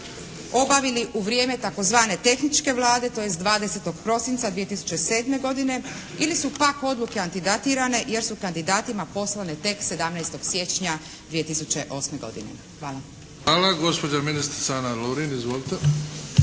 obavili u vrijeme tzv. tehničke Vlade, tj. 20. prosinca 2007. godine ili su pak odluke antidatirane jer su kandidatima poslane tek 17. siječnja 2008. godine? Hvala. **Bebić, Luka (HDZ)** Hvala. Gospođa ministrica Ana Lovrin, izvolite.